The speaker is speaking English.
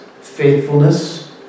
faithfulness